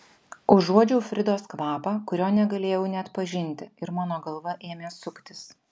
užuodžiau fridos kvapą kurio negalėjau neatpažinti ir mano galva ėmė suktis